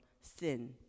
sin